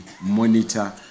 monitor